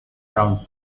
round